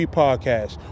podcast